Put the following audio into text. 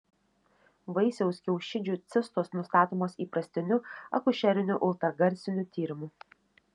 vaisiaus kiaušidžių cistos nustatomos įprastiniu akušeriniu ultragarsiniu tyrimu